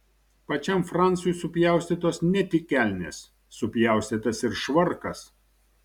pačiam francui supjaustytos ne tik kelnės supjaustytas ir švarkas